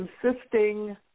consisting